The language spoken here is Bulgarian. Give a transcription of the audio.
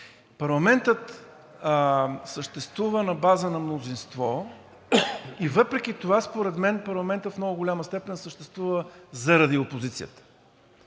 Парламентът съществува на базата на мнозинство и въпреки това според мен парламентът в много голяма степен съществува заради опозицията.